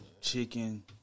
Chicken